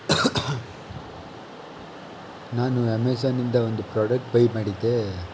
ನಾನು ಅಮೇಜಾನ್ನಿಂದ ಒಂದು ಪ್ರಾಡಕ್ಟ್ ಬೈ ಮಾಡಿದ್ದೆ